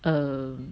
err